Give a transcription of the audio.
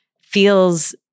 feels